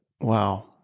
wow